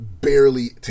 barely